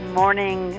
morning